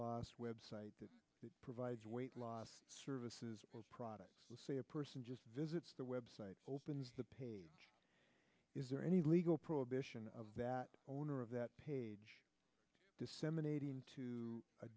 loss website that provides weight loss services or products say a person just visits the web site opens the page is there any legal prohibition of that owner of that page disseminating to a